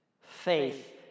Faith